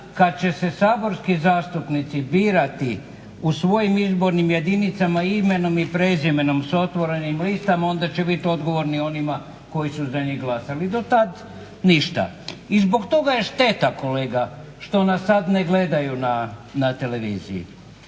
kad će se saborski zastupnici birati u svojim izbornim jedinicama imenom i prezimenom sa otvorenim listama onda će biti odgovorni onima koji su za njih glasali. Do tad ništa. I zbog toga je šteta kolega što nas sad ne gledaju na televiziji,